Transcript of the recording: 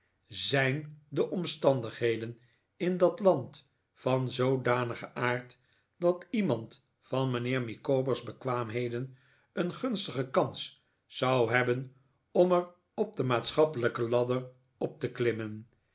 n de omstandigheden in dat land van zoodanigen aard dat iemand van mijnheer micawber's bekwaamheden een gunstige kans zou hebben om er op de maatschappelijke ladder op te klimmen